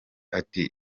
ati